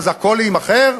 אז הכול יימכר?